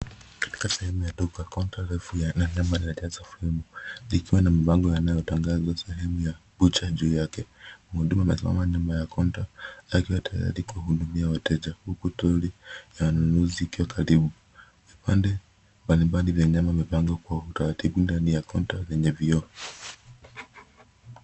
Katika sehemu ya duka, kaunta refu ya nyama na filimu , likiwa na mabango yanayotangaza sehemu ya bucha juu yake. Mhudumu amesimama nyuma ya kaunta akiwa tayari kuhudumia wateja huku troli ya ununuzi ikiwa karibu. Vipande mbalimbali vya nyama vimepangwa kwa utaratibu ndani ya kaunta lenye vioo.